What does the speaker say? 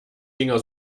dinger